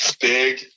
Big